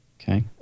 Okay